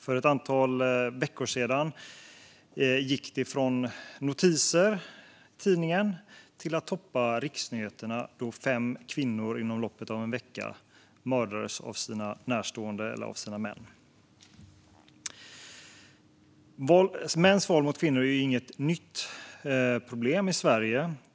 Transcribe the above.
För ett antal veckor sedan gick det från notiser i tidningen till att toppa riksnyheterna då fem kvinnor inom loppet av en vecka mördades av sina närstående eller av sina män. Mäns våld mot kvinnor är inget nytt problem i Sverige.